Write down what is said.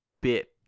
bit